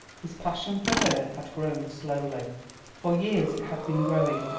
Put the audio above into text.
his passion for her had grown slowly for years it had been growing,